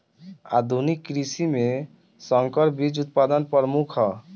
आधुनिक कृषि में संकर बीज उत्पादन प्रमुख ह